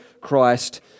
Christ